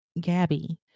gabby